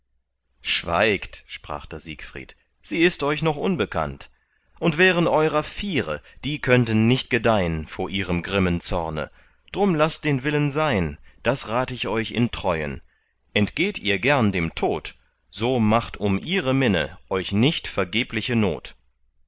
schweigt sprach da siegfried sie ist euch noch unbekannt und wären eurer viere die könnten nicht gedeihn vor ihrem grimmen zorne drum laßt den willen sein das rat ich euch in treuen entgeht ihr gern dem tod so macht um ihre minne euch nicht vergebliche not